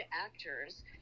actors